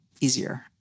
easier